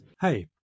hey